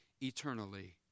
eternally